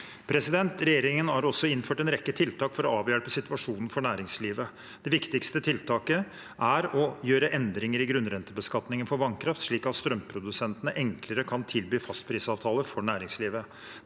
debatten. Regjeringen har også innført en rekke tiltak for å avhjelpe situasjonen for næringslivet. Det viktigste tiltaket er å gjøre endringer i grunnrentebeskatningen for vannkraft slik at strømprodusentene enklere kan tilby fastprisavtaler for næringslivet.